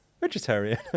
vegetarian